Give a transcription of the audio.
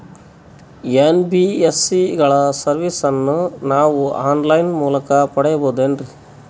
NBSC ಗಳ ಸರ್ವಿಸನ್ನ ನಾವು ಆನ್ ಲೈನ್ ಮೂಲಕ ಪಡೆಯಬಹುದೇನ್ರಿ?